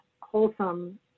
wholesome